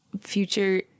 Future